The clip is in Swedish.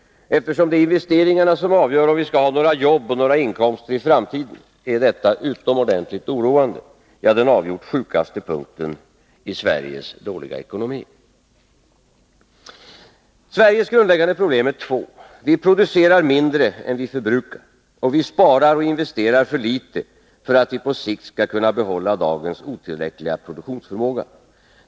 Eftersom det är investeringarna som avgör om vi skall ha några jobb och några inkomster i framtiden, är detta utomordentligt oroande, ja, den avgjort sjukaste punkten i Sveriges dåliga ekonomi. Sveriges grundläggande problem är två: Vi producerar mindre än vi förbrukar. Och vi sparar och investerar för lite för att vi på sikt skall kunna behålla dagens otillräckliga produktionsförmåga.